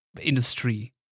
industry